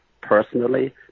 personally